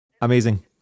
amazing